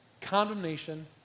condemnation